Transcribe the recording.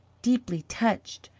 deeply touched,